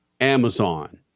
Amazon